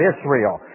Israel